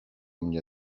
mnie